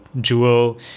Jewel